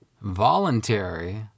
voluntary